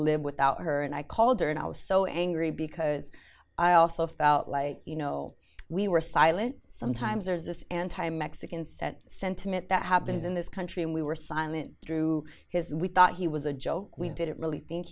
live without her and i called her and i was so angry because i also felt like you know we were silent sometimes are just anti mexican set sentiment that happens in this country and we were silent through his we thought he was a joke we didn't really think